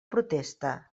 protesta